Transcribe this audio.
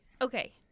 Okay